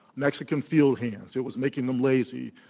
mexican field hands. it was making them lazy.